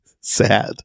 Sad